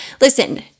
Listen